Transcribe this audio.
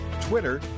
Twitter